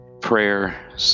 prayer